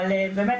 אבל באמת,